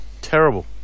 terrible